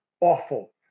Awful